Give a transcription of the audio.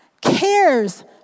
cares